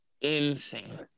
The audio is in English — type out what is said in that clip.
insane